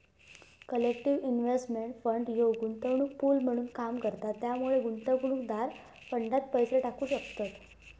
collective investment fund ह्यो गुंतवणूक pool म्हणून काम करता त्यामुळे गुंतवणूकदार फंडात पैसे टाकू शकतत